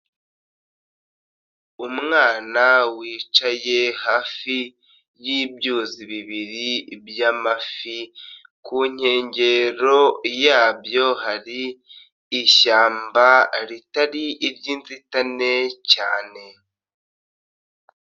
Umwana wicaye hafi y'ibyuzi bibiri by'amafi, ku nkengero yabyo, hari ishyamba ritari iry'inzitane cyane.